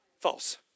False